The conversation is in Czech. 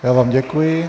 Já vám děkuji.